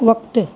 वक़्तु